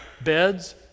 beds